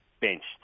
benched